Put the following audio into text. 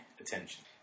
attention